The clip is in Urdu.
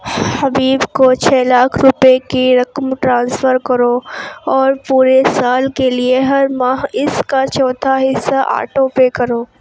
حبیب کو چھ لاکھ روپے کی رقم ٹرانسفر کرو اور پورے سال کے لیے ہر ماہ اس کا چوتھا حصہ آٹو پے کرو